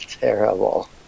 Terrible